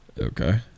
Okay